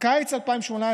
קיץ 2018,